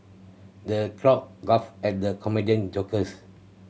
the crowd guff at the comedian jokes